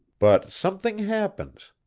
but something happens,